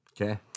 Okay